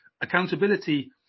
Accountability